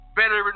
better